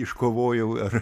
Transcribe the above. iškovojau ir